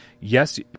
Yes